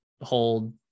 hold